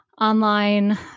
online